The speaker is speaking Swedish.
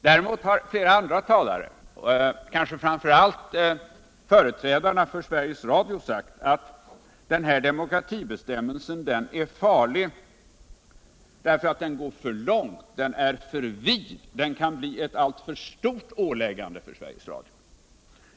Däremot har flera andra — kanske framför allt företrädarna för Sveriges Radio - sagt att den här demokratibestämmelsen är farlig därför att den går för långt. den är för vid, den kan bli ett alltför stort åläggande för Sveriges Radio.